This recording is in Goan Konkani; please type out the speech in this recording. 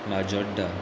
म्हाजोड्डा